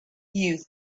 you